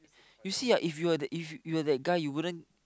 you see ah if you were if you were that guy you wouldn't